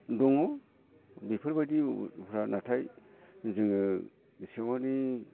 दङ बेफोरबायदिफ्रा नाथाय जोङो सिङावनि